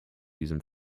diesem